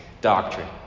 doctrine